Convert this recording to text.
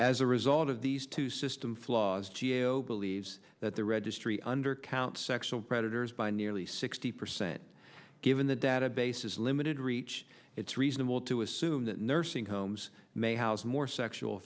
as a result of these two system flaws g a o believes that the registry undercount sexual predators by nearly sixty percent given the database is limited reach it's reasonable to assume that nursing homes may house more sexual